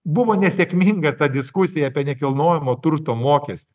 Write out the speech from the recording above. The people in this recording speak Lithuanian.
buvo nesėkminga ta diskusija apie nekilnojamo turto mokestį